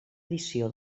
edició